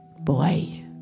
boy